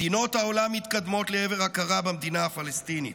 מדינות העולם מתקדמות לעבר הכרה במדינה הפלסטינית.